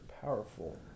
powerful